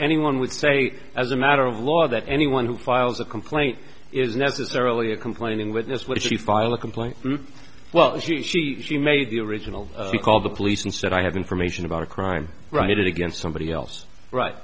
anyone would say as a matter of law that anyone who files a complaint is necessarily a complaining witness which if you file a complaint well she she she made the original to call the police and said i have information about a crime write it against somebody else right